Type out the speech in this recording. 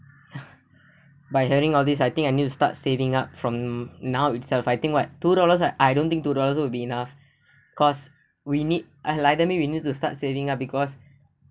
by hearing all these I think I need to start saving up from now itself I think like two dollars I I don't think two dollars will be enough because we need in either way we need to start saving up because